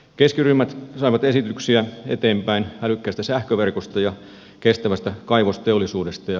keskiryhmät saivat esityksiä eteenpäin älykkäästä sähköverkosta ja kestävästä kaivosteollisuudesta